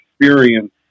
experience